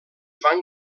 van